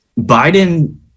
Biden